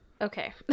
Okay